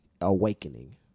awakening